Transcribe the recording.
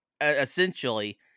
essentially